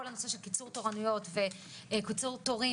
כל הנושא של קיצור תורנויות וקיצור תורים